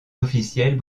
officielles